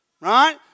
right